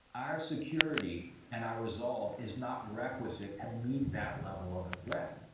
our security and our resolve is not requisite to meet that level of a threat.